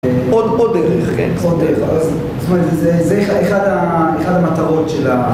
עוד, עוד דרך, כן? עוד דרך. אז, זאת אומרת, זה... זה אחד, אחד המטרות של ה...